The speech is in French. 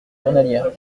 journalière